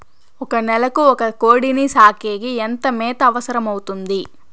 ఒక నెలకు ఒక కోడిని సాకేకి ఎంత మేత అవసరమవుతుంది?